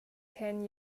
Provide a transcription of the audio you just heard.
ten